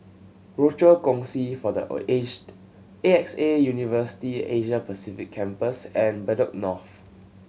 Rochor Kongsi for the Aged A X A University Asia Pacific Campus and Bedok North